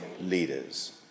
leaders